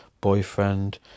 boyfriend